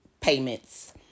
payments